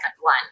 one